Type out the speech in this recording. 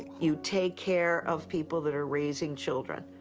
you take care of people that are raising children